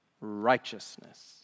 righteousness